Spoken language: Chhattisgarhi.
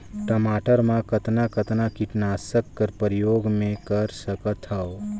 टमाटर म कतना कतना कीटनाशक कर प्रयोग मै कर सकथव?